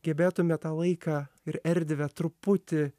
gebėtume tą laiką ir erdvę truputį